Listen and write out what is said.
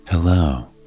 Hello